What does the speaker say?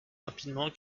rapidement